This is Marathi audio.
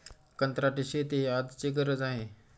कंत्राटी शेती ही आजची गरज आहे